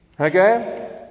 Okay